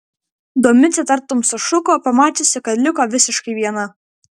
domicė tartum sušuko pamačiusi kad liko visiškai viena